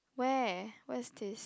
where where is this